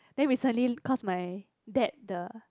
then recently cause my dad the